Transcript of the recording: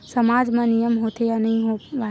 सामाज मा नियम होथे या नहीं हो वाए?